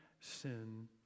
sin